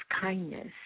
kindness